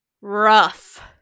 Rough